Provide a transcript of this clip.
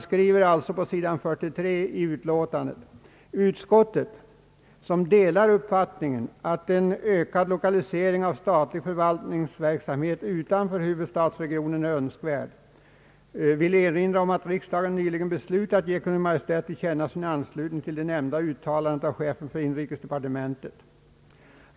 Utskottet skriver på sidan 43 i sitt utlåtande: » Utskottet, som delar uppfattningen att en ökad lokalisering av statlig förvaltningsverksamhet utanför huvudstadsregionen är önskvärd, vill erinra om att riksdagen nyligen beslutat ge Kungl. Maj:t till känna sin anslutning till det nämnda uttalandet av chefen för inrikesdepartementet .